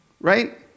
right